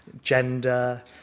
gender